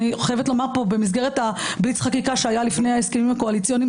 אני חייבת לומר פה במסגרת הבליץ חקיקה שהיה לפני ההסכמים הקואליציוניים,